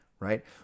right